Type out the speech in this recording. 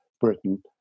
Britain